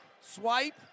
swipe